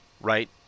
right